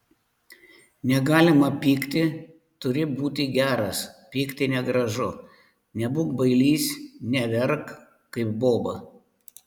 negalima pykti turi būti geras pykti negražu nebūk bailys neverk kaip boba